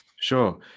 sure